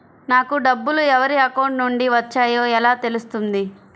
నాకు డబ్బులు ఎవరి అకౌంట్ నుండి వచ్చాయో ఎలా తెలుస్తుంది?